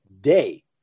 day